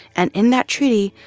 and in that treaty,